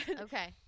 Okay